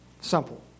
simple